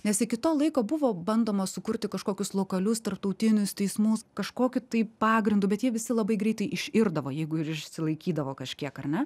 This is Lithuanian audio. nes iki to laiko buvo bandoma sukurti kažkokius lokalius tarptautinius teismus kažkokiu tai pagrindu bet jie visi labai greitai iširdavo jeigu ir išsilaikydavo kažkiek ar ne